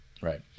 Right